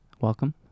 Welcome